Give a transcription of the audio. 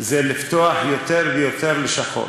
היא לפתוח יותר ויותר לשכות.